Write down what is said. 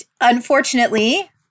unfortunately